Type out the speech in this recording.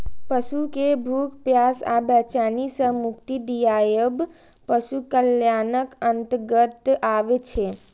पशु कें भूख, प्यास आ बेचैनी सं मुक्ति दियाएब पशु कल्याणक अंतर्गत आबै छै